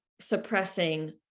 suppressing